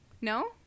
No